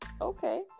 Okay